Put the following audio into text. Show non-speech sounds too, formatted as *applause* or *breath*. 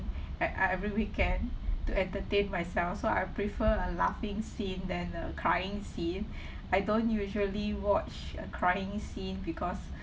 at uh every weekend to entertain myself so I prefer a laughing scene than a crying scene *breath* I don't usually watch a crying scene because